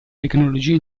tecnologia